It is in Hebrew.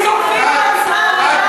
אתם גידלתם אנשים ששורפים את עצמם בגלל עוני,